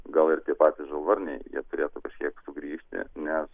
gal ir tie patys žalvarniai jie turėtų kažkiek sugrįžti nes